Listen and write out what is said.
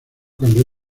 cambió